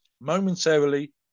momentarily